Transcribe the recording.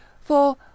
For